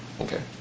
Okay